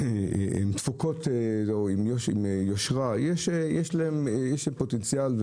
יש להן יושרה ופוטנציאל,